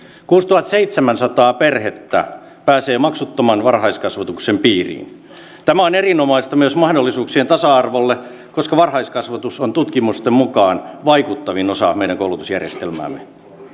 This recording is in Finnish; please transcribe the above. kuusituhattaseitsemänsataa perhettä pääsee maksuttoman varhaiskasvatuksen piiriin tämä on erinomaista myös mahdollisuuksien tasa arvolle koska varhaiskasvatus on tutkimusten mukaan vaikuttavin osa meidän koulutusjärjestelmäämme